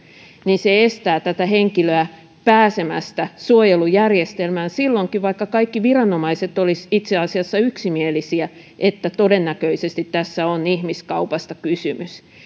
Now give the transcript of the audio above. niin se estää tätä henkilöä pääsemästä suojelujärjestelmään silloinkin vaikka kaikki viranomaiset olisivat itse asiassa yksimielisiä että todennäköisesti tässä on ihmiskaupasta kysymys